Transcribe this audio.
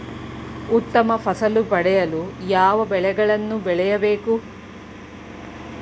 ಉತ್ತಮ ಫಸಲು ಪಡೆಯಲು ಯಾವ ಬೆಳೆಗಳನ್ನು ಬೆಳೆಯಬೇಕು?